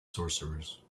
sorcerers